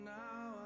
now